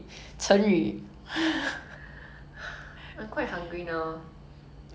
I wanna eat bread and mushroom soup 面包跟 ya